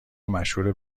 مشهور